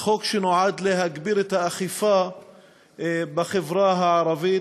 החוק שנועד להגביר את האכיפה בחברה הערבית,